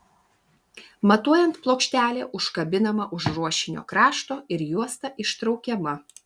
matuojant plokštelė užkabinama už ruošinio krašto ir juosta ištraukiama